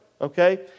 Okay